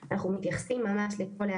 בעצם מטייבים את התמחור שהצגנו.